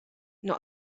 not